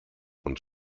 und